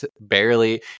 barely